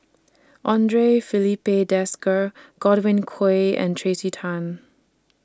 Andre Filipe Desker Godwin Koay and Tracey Tan